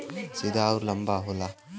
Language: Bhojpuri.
सीधा अउर लंबा होला